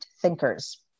thinkers